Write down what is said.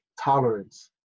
tolerance